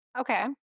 Okay